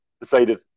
decided